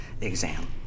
exam